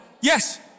Yes